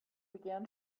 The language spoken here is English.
began